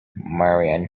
marion